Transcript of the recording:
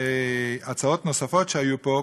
הצעות נוספות שהיו פה,